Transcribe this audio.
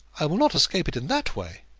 i will not escape it in that way.